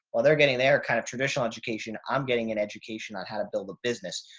well, they're getting their kind of traditional education. i'm getting an education on how to build a business,